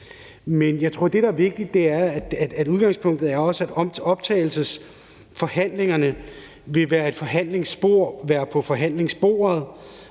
Men jeg tror, at det, der er vigtigt, er, at udgangspunktet er, at optagelsesforhandlingerne vil være et forhandlingsspor og vil foregå ved et forhandlingsbord,